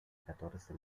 catorce